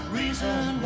reason